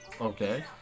Okay